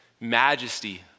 majesty